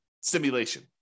simulation